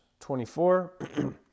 24